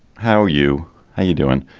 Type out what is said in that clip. how you how you doing?